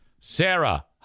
Sarah